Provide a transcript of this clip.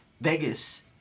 Vegas